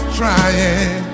trying